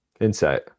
insight